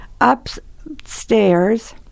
upstairs